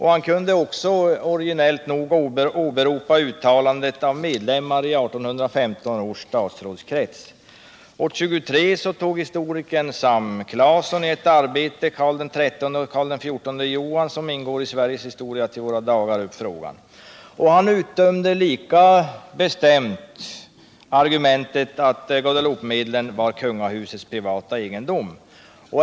Han kunde också originellt nog åberopa uttalanden av medlemmar i 1815 års statsrådskrets. År 1923 tog historikern Sam Clason i ett arbete om Karl XIII och Karl XIV Johan, som ingår i Sveriges historia till våra dagar, upp frågan. Han utdömde lika bestämt argumentet att Guadeloupemedlen var kungahusets privata egendom.